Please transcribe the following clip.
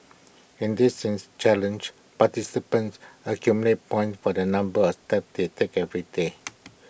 in this things challenge participants accumulate points for the number of steps they take every day